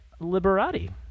Liberati